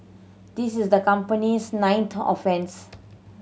this is the company's ninth offence